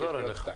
אסביר.